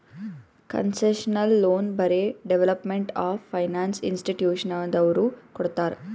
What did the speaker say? concessional loan ಬರೇ development of finance ಇನ್ಸ್ಟಿಟ್ಯೂಷನದವ್ರು ಕೊಡ್ತಾರ್